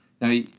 Now